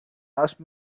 asked